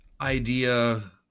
idea